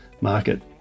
market